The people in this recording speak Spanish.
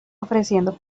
ofreciendo